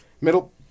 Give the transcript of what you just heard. middle